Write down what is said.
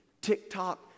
TikTok